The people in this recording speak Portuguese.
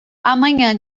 amanhã